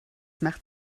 macht